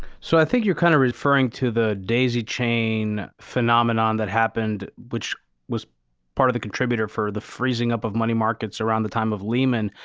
so, i think you're kind of referring to the daisy chain phenomenon that happened which was part of the contributor for the freezing up of money markets around the time of lehman.